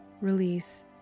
release